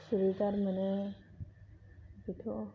सुरिदार मोनो बेथ'